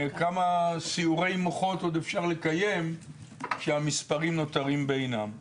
כמה סיעורי מוחות עוד אפשר לקיים כשהמספרים נותרים בעינם.